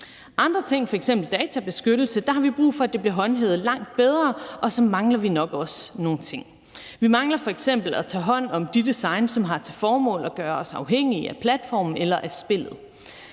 Andre ting, f.eks. databeskyttelse, har vi brug for bliver håndhævet langt bedre, og så mangler vi nok også nogle ting. Vi mangler f.eks. at tage hånd om de design, som har til formål at gøre os afhængige af platformen eller af spillet.